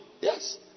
Yes